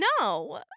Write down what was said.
No